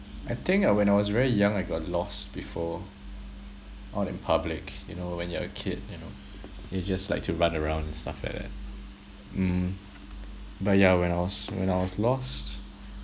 I think I when I was very young I got lost before out in public you know when you're a kid you know you just like to run around and stuff like that mm but yeah when I was when I was lost